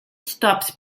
stops